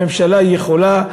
הממשלה יכולה,